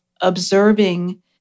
observing